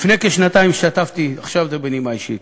לפני כשנתיים השתתפתי, עכשיו זה בנימה אישית